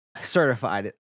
certified